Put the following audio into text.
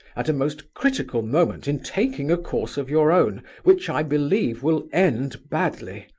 at a most critical moment, in taking a course of your own, which i believe will end badly.